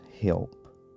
help